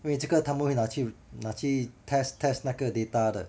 因为这个他们会拿去拿去 test test 那个 data 的